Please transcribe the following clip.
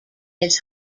his